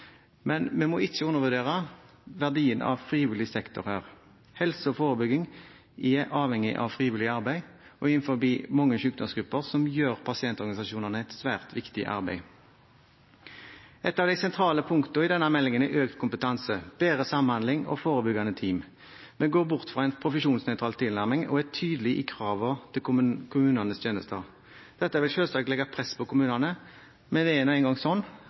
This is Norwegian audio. Men vi må ikke undervurdere verdien av frivillig sektor her. Helse og forebygging er avhengig av frivillig arbeid, og innenfor mange sykdomsgrupper gjør pasientorganisasjonene et svært viktig arbeid. Et av de sentrale punktene i denne meldingen er økt kompetanse, bedre samhandling og forebyggende team. Vi går bort fra en profesjonsnøytral tilnærming og er tydelige i kravene til kommunenes tjenester. Dette vil selvsagt legge press på kommunene, men det er nå engang sånn